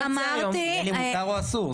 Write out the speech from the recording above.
האם מותר או אסור?